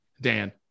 dan